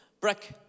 Brick